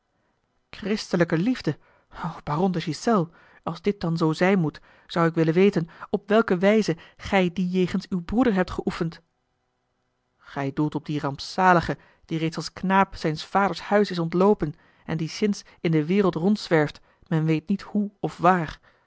christelijke liefde o baron de ghiselles als dit dan zoo zijn moet zou ik willen weten op welke wijze gij die jegens uw broeder hebt geoefend a l g bosboom-toussaint de delftsche wonderdokter eel ij doelt op dien rampzalige die reeds als knaap zijns vaders huis is ontloopen en die sinds in de wereld rondzwerft men weet niet hoe of waar